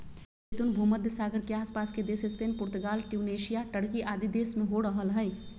जैतून भूमध्य सागर के आस पास के देश स्पेन, पुर्तगाल, ट्यूनेशिया, टर्की आदि देश में हो रहल हई